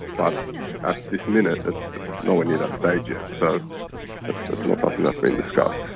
but at this minute it's nowhere near that stage yet. so ah it's not something that's been discussed.